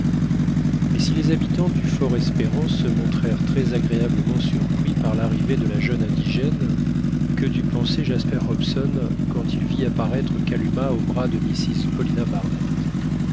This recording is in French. mais si les habitants du fort espérance se montrèrent très agréablement surpris par l'arrivée de la jeune indigène que dut penser jasper hobson quand il vit apparaître kalumah au bras de mrs paulina barnett